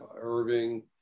Irving